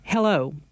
Hello